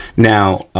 now,